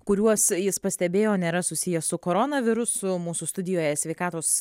kuriuos jis pastebėjo nėra susiję su koronavirusu mūsų studijoje sveikatos